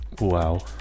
Wow